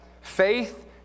faith